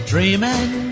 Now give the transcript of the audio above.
Dreaming